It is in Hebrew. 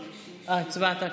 שמונה.